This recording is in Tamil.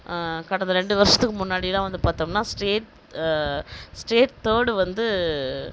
கடந்த ரெண்டு வருஷத்துக்கு முன்னாடிலாம் வந்து பார்த்தம்னா ஸ்டேட் ஸ்டேட் தேர்டு வந்து